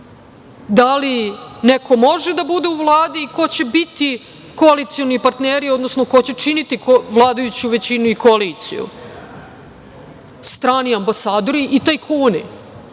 da li neko može da bude u Vladi i ko će biti koalicioni partneri, odnosno ko će činiti vladajuću većinu i koaliciju? Strani ambasadori i tajkuni.